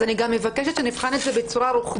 אז אני גם מבקשת שנבחן את זה בצורה רוחבית,